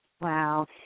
Wow